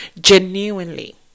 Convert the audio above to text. genuinely